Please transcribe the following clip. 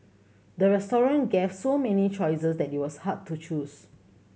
the restaurant gave so many choices that it was hard to choose